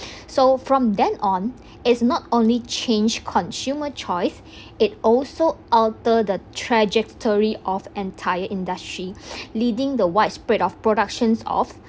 so from then on it's not only changed consumer choice it also alter the trajectory of entire industry leading the widespread of productions of